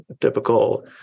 typical